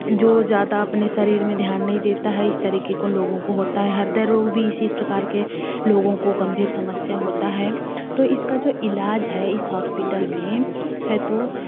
जो ज़्यादा अपने शरिर में ध्यान नहीं देता है इस तरीके के लोगों को होता है ह्रदय रोग भी इसी प्रकार के लोगों को गंभीर समस्या होता है तो इसका जो इलाज है इस हॉस्पिटल में है तो